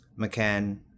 McCann